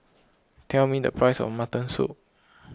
tell me the price of Mutton Soup